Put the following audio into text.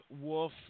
Wolf